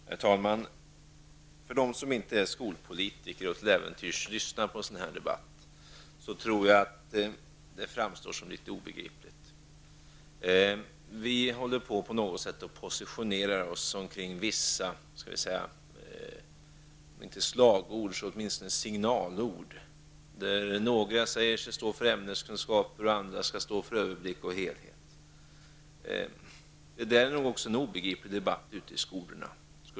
Herr talman! För dem som inte är skolpolitiker och till äventyrs lyssnar på en sådan här debatt tror jag att den framstår som litet obegriplig. Vi håller på att på något sätt positionera oss omkring vissa, om inte slagord så åtminstone signalord. Några säger sig stå för ämneskunskaper, andra skall stå för överblick och helhet. Jag skulle tro att detta också är en obegriplig debatt ute i skolorna.